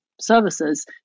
services